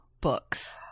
books